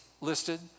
listed